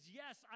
yes